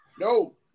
No